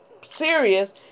serious